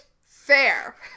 fair